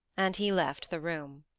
and he left the room.